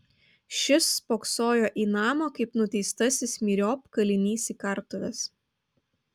šis spoksojo į namą kaip nuteistasis myriop kalinys į kartuves